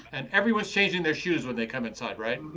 and everyone's changing their shoes when they come inside, right?